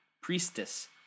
priestess